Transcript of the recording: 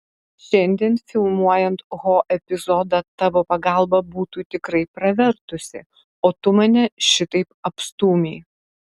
šiandien filmuojant ho epizodą tavo pagalba būtų tikrai pravertusi o tu mane šitaip apstūmei